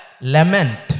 lament